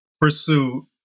pursue